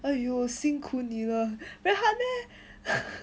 !aiyo! 幸苦你了 very hard meh